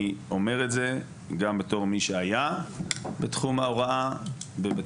אני אומר את זה גם בתור מי שהיה בתחום ההוראה בבית